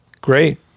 great